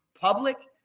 public